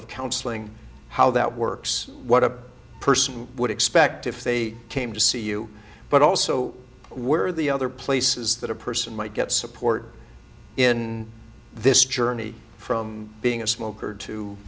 of counseling how that works what a person would expect if they came to see you but also were the other places that a person might get support in this journey from being a smoker to